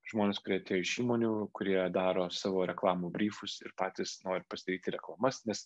žmonės kurie atėjo iš įmonių kurie daro savo reklamų bryfus ir patys nori pasidaryti reklamas nes